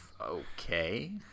okay